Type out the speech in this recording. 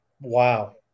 Wow